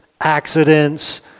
accidents